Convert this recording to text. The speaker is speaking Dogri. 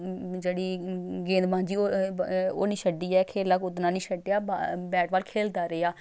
जेह्ड़ी गेंद बांजी ओह् निं छड्डियै खेला कुद्दना निं छड्डेआ बैट बाल खेलदा रेहा